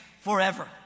forever